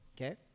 Okay